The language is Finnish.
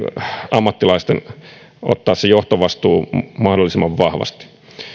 ammattilaisten tulee ottaa se johtovastuu mahdollisimman vahvasti